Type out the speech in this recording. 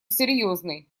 серьезный